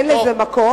אין לזה מקום,